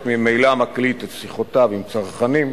ממילא מקליט את שיחותיו עם צרכנים,